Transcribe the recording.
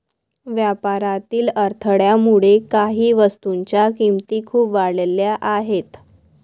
व्यापारातील अडथळ्यामुळे काही वस्तूंच्या किमती खूप वाढल्या आहेत